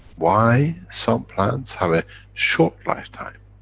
why some plants have a short life time?